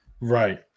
right